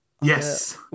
Yes